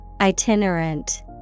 Itinerant